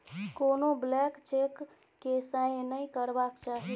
कोनो blank cheque केँ sign नहि करबाक चाही